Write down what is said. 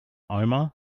omar